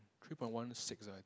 three point one six ah I think